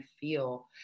feel